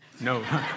no